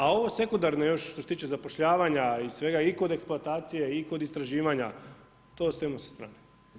A ovo sekundarno još, što se tiče zapošljavanja i svega i kod eksploatacije i kod istraživanja, to ostavimo sa strane.